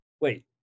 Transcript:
wait